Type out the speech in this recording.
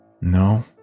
No